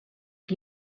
ich